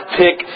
pick